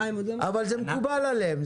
אבל זה מקובל עליהם,